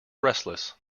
restless